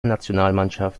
nationalmannschaft